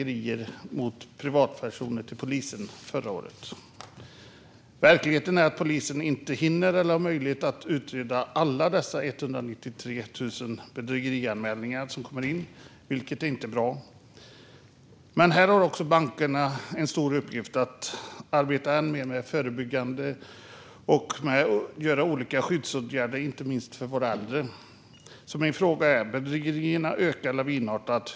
Verkligheten är att polisen inte hinner eller inte har möjlighet att utreda alla dessa 193 000 bedrägerianmälningar som kommer in, vilket inte är bra. Men här har också bankerna en stor uppgift att arbeta än mer förebyggande och vidta olika skyddsåtgärder, inte minst för våra äldre. Min fråga är: Bedrägerierna ökar lavinartat.